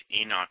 Enoch